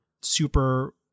super